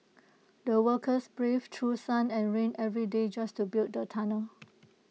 the workers braved through sun and rain every day just to build the tunnel